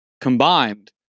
combined